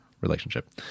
relationship